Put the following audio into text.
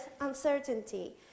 uncertainty